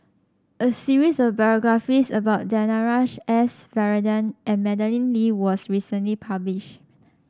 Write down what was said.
a series of biographies about Danaraj S Varathan and Madeleine Lee was recently published